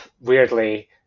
weirdly